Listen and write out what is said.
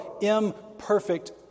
imperfect